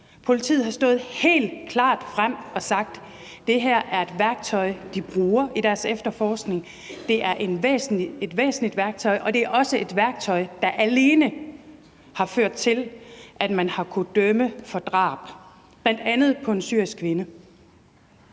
Politiet har stået helt klart frem og sagt, at det her er et værktøj, de bruger i deres efterforskning, at det er et væsentligt værktøj, og at det også er et værktøj, der alene har ført til, at man har kunnet dømme for drab, bl.a. på en syrisk kvinde.